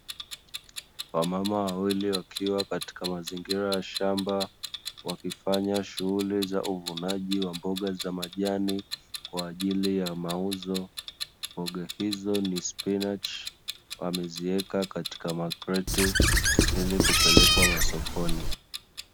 Wamama wawili wakiwa katika mazigira ya shamba, wakifanya shughuli za uvunaji wa mboga za majani kwa ajili ya mauzo mboga izo ni spinachi, wameziweka katika ma kreti ili kulelekwa ma sokoni.